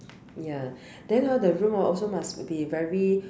ya then hor the room hor also must be very